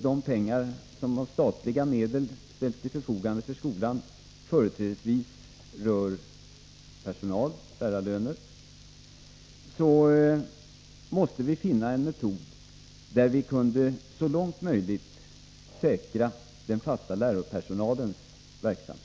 de pengar som av statliga medel ställs till förfogande för skolan företrädesvis gäller personal — dvs. lärarlöner — måste vi finna en metod som innebar att vi så långt möjligt kunde säkra den fasta lärarpersonalens verksamhet.